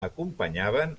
acompanyaven